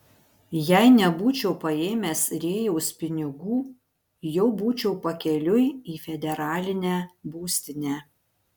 jei nebūčiau paėmęs rėjaus pinigų jau būčiau pakeliui į federalinę būstinę